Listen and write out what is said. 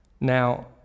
now